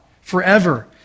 forever